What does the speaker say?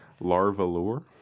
Larvalure